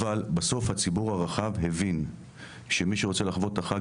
אבל בסוף הציבור הרחב הבין שמי שרוצה לחוות את החג,